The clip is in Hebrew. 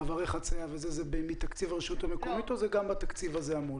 מעברי חצייה וכו' זה מתקציב הרשות המקומית או שזה חלק מהתקציב שלכם?